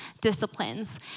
disciplines